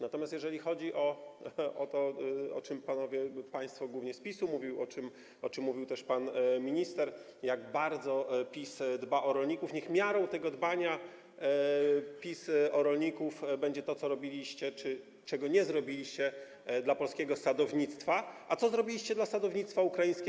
Natomiast jeżeli chodzi o to - o czym panowie, państwo, głównie z PiS-u, mówili, o czym mówił też pan minister - jak bardzo PiS dba o rolników, to niech miarą tego dbania PiS o rolników będzie to, co zrobiliście czy czego nie zrobiliście dla polskiego sadownictwa, a co zrobiliście dla sadownictwa ukraińskiego.